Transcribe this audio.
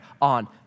on